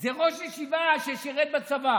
זה ראש ישיבה ששירת בצבא